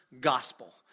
gospel